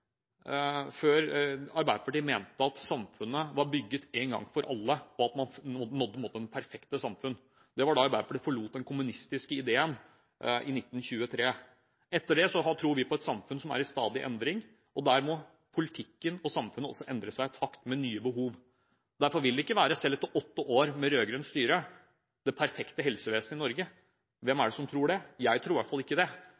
Arbeiderpartiet mente at samfunnet var bygget en gang for alle, og at man hadde oppnådd det perfekte samfunn. Det var da Arbeiderpartiet forlot den kommunistiske ideen – i 1923. Etter det har vi trodd på et samfunn som er i stadig endring. Der må politikken og samfunnet også endre seg i takt med nye behov. Derfor vil det ikke, selv etter åtte år med rød-grønt styre, være et perfekt helsevesen i Norge. Hvem er det som tror det?